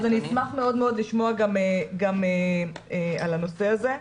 אז אני אשמח מאוד לשמוע גם על הנושא הזה.